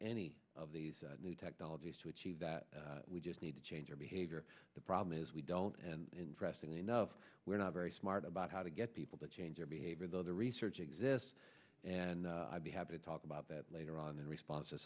any of these new technologies to achieve that we just need to change our behavior the problem is we don't and interestingly enough we're not very smart about how to get people to change their behavior though the research exists and i'd be happy to talk about that later on in response to